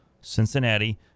Cincinnati